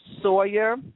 Sawyer